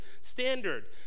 standard